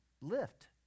lift